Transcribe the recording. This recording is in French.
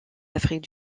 afrique